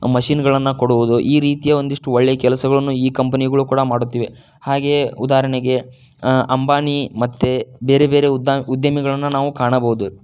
ಮಷಿನ್ಗಳನ್ನು ಕೊಡುವುದು ಈ ರೀತಿಯ ಒಂದಿಷ್ಟು ಒಳ್ಳೆ ಕೆಲಸಗಳನ್ನು ಈ ಕಂಪನಿಗಳು ಕೂಡ ಮಾಡುತ್ತಿವೆ ಹಾಗೆಯೇ ಉದಾಹರಣೆಗೆ ಅಂಬಾನಿ ಮತ್ತೆ ಬೇರೆ ಬೇರೆ ಉದ ಉದ್ಯಮಿಗಳನ್ನು ನಾವು ಕಾಣಬೋದು